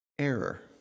Error